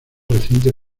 recientes